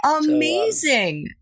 Amazing